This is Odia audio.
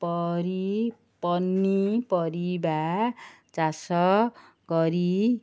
ପନିପରିବା ଚାଷ କରି